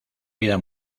vida